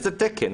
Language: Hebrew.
איזה תקן?